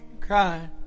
crying